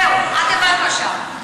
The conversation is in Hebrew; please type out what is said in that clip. זהו, את הבנת עכשיו.